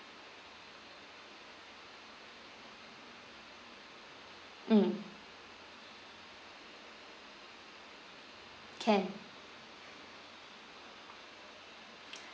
mm can